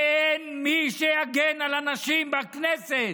אין מי שיגן על הנשים בכנסת.